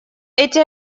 эти